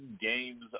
games